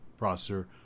processor